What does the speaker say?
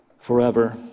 forever